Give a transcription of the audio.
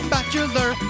Bachelor